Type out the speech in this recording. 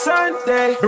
Sunday